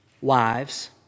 wives